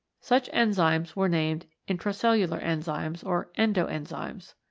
such enzymes were named intracelhdar enzymes or endo-enzymes.